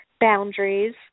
boundaries